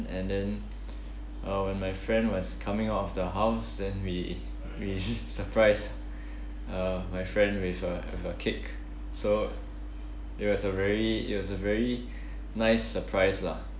and then uh when my friend was coming out of the house then we we surprised uh my friend with a with a cake so it was a very it was a very nice surprise lah